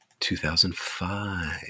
2005